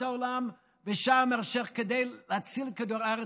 העולם בשארם א-שייח' כדי להציל את כדור הארץ.